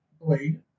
Blade